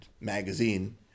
magazine